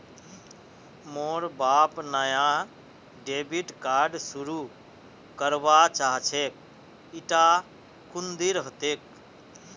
मोर बाप नाया डेबिट कार्ड शुरू करवा चाहछेक इटा कुंदीर हतेक